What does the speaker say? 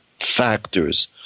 factors